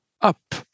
up